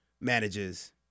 manages